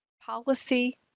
policy